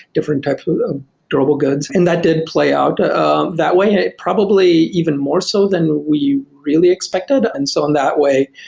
different types of durable goods. and that did play out um that way and it probably even more so than we really expected and so on that way,